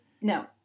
No